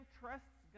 trusts